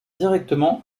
directement